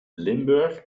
limburg